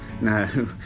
No